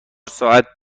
ساعت